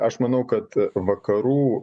aš manau kad vakarų